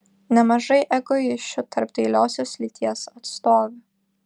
nemažai egoisčių tarp dailiosios lyties atstovių